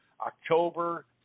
October